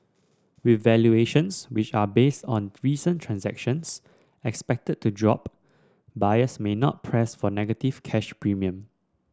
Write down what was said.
with valuations which are based on recent transactions expected to drop buyers may not press for negative cash premium